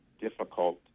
difficult